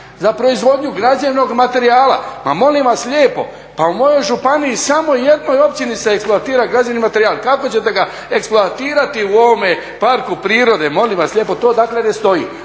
za proizvodnju građevnog materijala. Ma molim vas lijepo, pa u mojoj županiji samo jednoj općini se eksploatira građevni materijal, kako ćete ga eksploatirati u ovome parku prirode, molim vas lijepo, to dakle ne stoji.